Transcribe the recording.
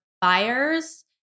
buyers